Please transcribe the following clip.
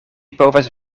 povas